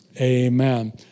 Amen